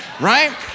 Right